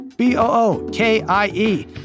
B-O-O-K-I-E